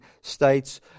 states